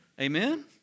amen